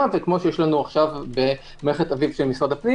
וכמו שיש לנו עכשיו במערכת- -- של משרד הפנים